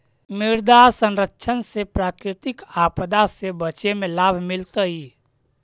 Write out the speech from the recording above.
मृदा संरक्षण से प्राकृतिक आपदा से बचे में लाभ मिलतइ